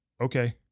okay